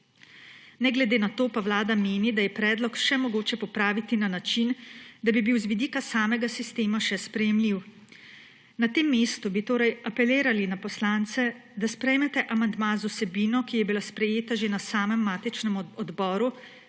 Ne glede na to pa Vlada meni, da je predlog še mogoče popraviti na način, da bi bil z vidika samega sistema še sprejemljiv. Na tem mestu bi torej apelirali na poslance, da sprejmete amandma z vsebino, ki je bila sprejeta že na samem matičnem odboru,